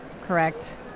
correct